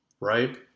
right